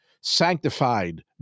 sanctified